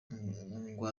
ngo